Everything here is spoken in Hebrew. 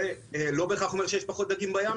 זה לא בהכרח אומר שיש פחות דגים בים,